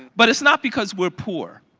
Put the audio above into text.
but is not because we are poor.